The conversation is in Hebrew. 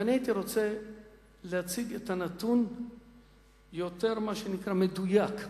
והייתי רוצה להציג את הנתון יותר מדויק,